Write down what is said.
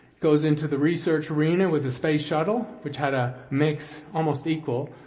goes into the research arena with the space shuttle, which had a mix, almost equal,